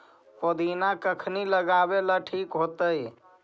पुदिना कखिनी लगावेला ठिक होतइ?